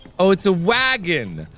oh, it's a wagon!